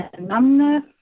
numbness